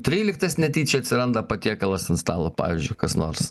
tryliktas netyčia atsiranda patiekalas ant stalo pavyzdžiui kas nors